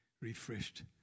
refreshed